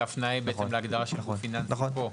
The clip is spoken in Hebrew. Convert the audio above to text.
ההפניה היא להגדרה של "גוף פיננסי" פה?